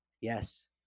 Yes